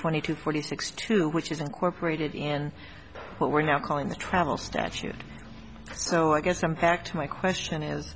twenty two forty six two which is incorporated in what we're now calling the travel statute so i guess i'm packed my question is